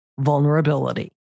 vulnerability